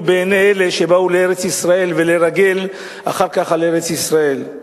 בעיני אלה שבאו לארץ-ישראל ולרגל אחר כך על ארץ-ישראל.